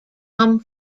come